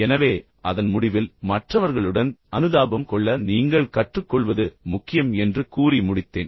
எனவே அதன் முடிவில் மற்றவர்களுடன் அனுதாபம் கொள்ள நீங்கள் கற்றுக்கொள்வது முக்கியம் என்று கூறி முடித்தேன்